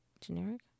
Generic